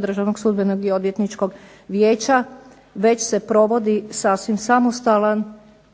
državnog sudbenog i odvjetničkog vijeća već se provodi sasvim samostalan